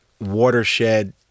watershed